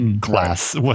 class